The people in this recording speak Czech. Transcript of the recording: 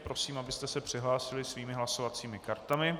Prosím, abyste se přihlásili svými hlasovacími kartami.